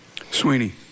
Sweeney